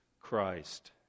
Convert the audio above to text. Christ